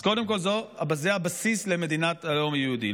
אז קודם כול, זה הבסיס למדינת הלאום היהודי.